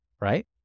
right